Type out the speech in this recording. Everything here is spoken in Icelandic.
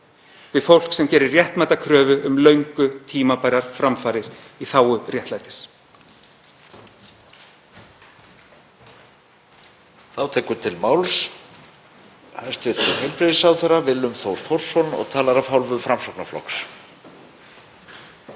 við fólk sem gerir réttmæta kröfu um löngu tímabærar framfarir í þágu réttlætis.